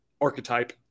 archetype